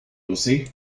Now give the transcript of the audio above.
lucy